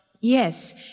Yes